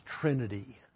trinity